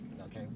Okay